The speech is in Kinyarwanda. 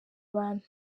abantu